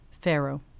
Pharaoh